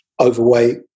overweight